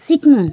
सिक्नु